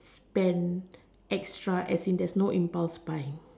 spend extra as in there's no impulse buying